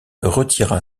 retira